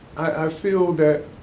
i feel that,